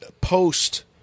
post